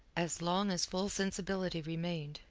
as long as full sensibility remained,